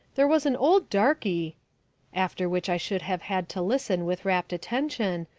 there was an old darky after which i should have had to listen with rapt attention,